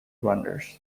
runners